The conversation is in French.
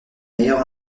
meilleure